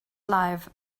life